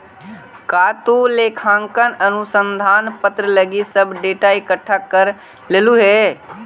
का तु लेखांकन अनुसंधान पत्र लागी सब डेटा इकठ्ठा कर लेलहुं हे?